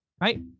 Right